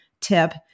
tip